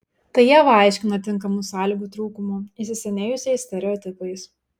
tai ieva aiškina tinkamų sąlygų trūkumu įsisenėjusiais stereotipais